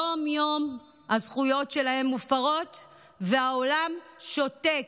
יום-יום, הזכויות שלהם מופרות והעולם שותק.